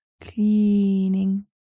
cleaning